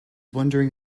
wondering